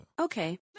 okay